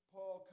Paul